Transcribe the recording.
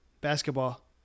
basketball